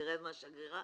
נרד מהשגרירה,